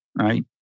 right